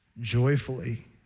joyfully